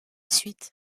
suite